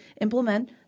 implement